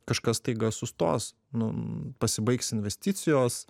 kažkas staiga sustos nu pasibaigs investicijos